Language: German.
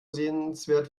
sehenswert